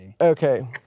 Okay